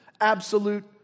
absolute